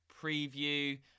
preview